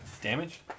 Damage